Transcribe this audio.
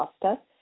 Costa